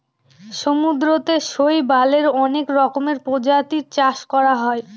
সমুদ্রতে শৈবালের অনেক রকমের প্রজাতির চাষ করা হয়